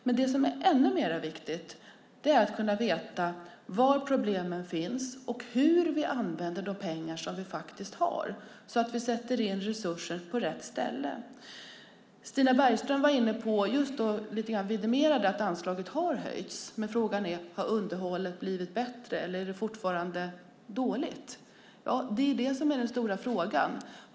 Men det som är ännu viktigare är att kunna veta var problemen finns och hur vi ska använda de pengar som vi faktiskt har, så att vi sätter in resurser på rätt ställe. Stina Bergström vidimerade lite grann att anslaget har höjts. Men frågan är: Har underhållet blivit bättre, eller är det fortfarande dåligt? Ja, det är det som är den stora frågan.